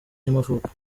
y’amavuko